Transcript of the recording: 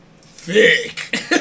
Thick